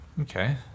Okay